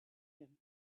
him